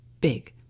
big